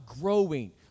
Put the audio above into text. growing